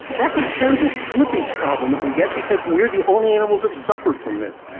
that's a terrible slippage problem that we get because we are the only animals that suffer from this.